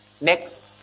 Next